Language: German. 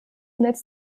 netz